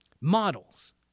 models